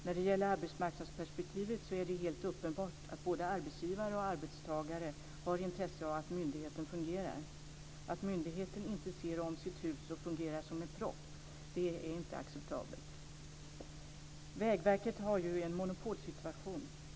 När det gäller arbetsmarknadsperspektivet är det helt uppenbart att både arbetsgivare och arbetstagare har intresse av att myndigheten fungerar. Att myndigheten inte ser om sitt hus och fungerar som en propp är inte acceptabelt. Vägverket har ju en monopolsituation.